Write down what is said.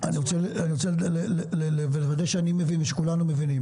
אני רוצה לוודא שאני מבין ושכולנו מבינים.